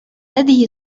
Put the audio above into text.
هذه